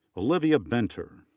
olivia benter.